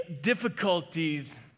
difficulties